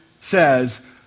says